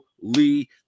Lee